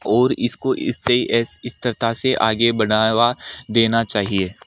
और इसको स्तरता से आगे बढ़ावा देना चहिए